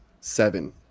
Seven